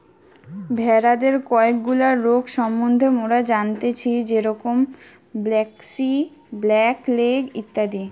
ভেড়াদের কয়েকগুলা রোগ সম্বন্ধে মোরা জানতেচ্ছি যেরম ব্র্যাক্সি, ব্ল্যাক লেগ ইত্যাদি